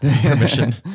permission